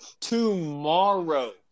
tomorrow